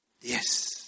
Yes